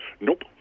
Nope